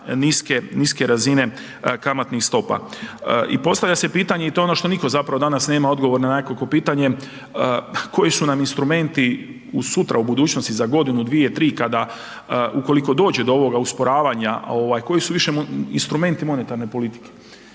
niske razine kamatnih stopa. I postavlja se pitanje i to je ono što niko zapravo nema danas odgovor na nekakvo pitanje, koji su nam instrumenti sutra u budućnosti, za godinu, dvije, tri kada ukoliko dođe do ovoga usporavanja koji su više instrumenti monetarne politike?